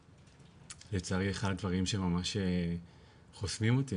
לצערי אחד הדברים שממש חושפים אותי,